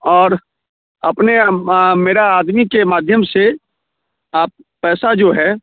और अपने मेरा आदमी के माध्यम से आप पैसा जो है